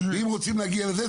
ואם רוצים להגיע לזה,